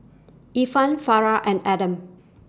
Irfan Farah and Adam